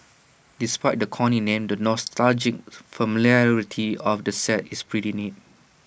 despite the corny name the nostalgic familiarity of the set is pretty neat